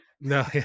no